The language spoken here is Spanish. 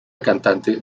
cantante